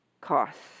costs